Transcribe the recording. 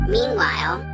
Meanwhile